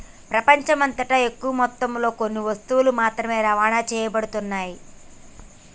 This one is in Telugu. ప్రపంచమంతటా ఎక్కువ మొత్తంలో కొన్ని వస్తువులు మాత్రమే రవాణా చేయబడుతున్నాయి